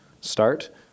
start